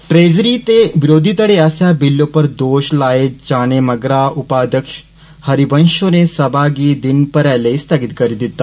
treasury ते विरोधी धड़ें आस्सेआ बिल उप्पर दोश लाए जाने मगरा उपाध्यक्ष हरिवंष होरें सभा गी दिन भरै लेई स्थगित करी दिता